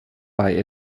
bei